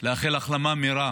ולאחל החלמה מהירה